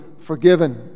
forgiven